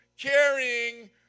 carrying